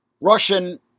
Russian